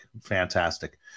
Fantastic